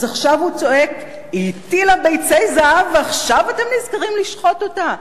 אז עכשיו הוא צועק: היא הטילה ביצי זהב ועכשיו אתם נזכרים לשחוט אותה?